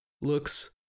looks